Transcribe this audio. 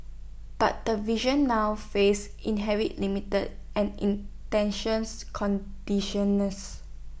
but the vision now faces inherent limits and intentions conditioners